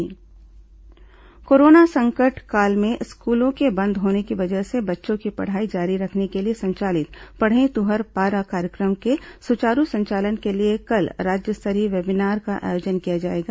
पढ़ई Tunhar Para webinar corona संकट काल में स्कूलों के बंद होने की वजह से बच्चों की पढ़ाई जारी रखने के लिए संचालित पढ़ई तुंहर पारा कार्यक्रम के सुचारू संचालन के लिए कल राज्य स्तरीय वेबीनार का आयोजन किया जाएगा